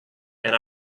and